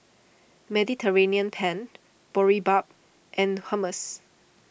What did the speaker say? Mediterranean Penne Boribap and Hummus